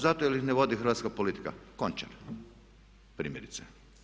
Zato jer ih ne vodi hrvatska politika, Končar primjerice.